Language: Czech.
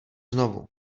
znovu